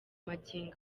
magingo